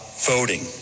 voting